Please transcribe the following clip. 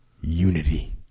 unity